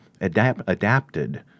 adapted